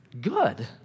Good